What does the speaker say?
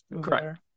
correct